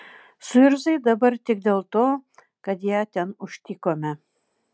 suirzai dabar tik dėl to kad ją ten užtikome